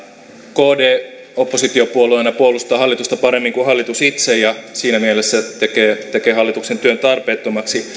kd oppositiopuolueena puolustaa hallitusta paremmin kuin hallitus itse ja siinä mielessä tekee tekee hallituksen työn tarpeettomaksi